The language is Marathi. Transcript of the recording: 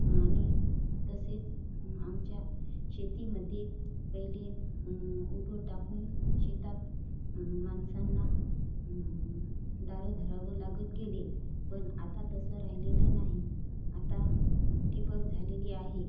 आणि तसेच आमच्या शेतीमध्ये पहिले उभं टाकून शेतात माणसांना दारं धरावं लागत गेले पण आता तसं राहिलेलं नाही आता ठिबक झालेली आहे